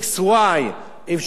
אפשר להעלות את המע"מ,